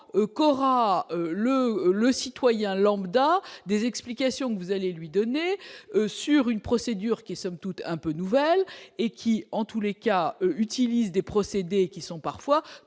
Cora le le citoyen lambda des explications que vous allez lui donner sur une procédure qui est somme toute un peu nouvelle et qui, en tous les cas, utilisent des procédés qui sont parfois